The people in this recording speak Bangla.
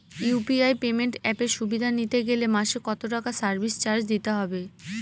ইউ.পি.আই পেমেন্ট অ্যাপের সুবিধা নিতে গেলে মাসে কত টাকা সার্ভিস চার্জ দিতে হবে?